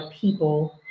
people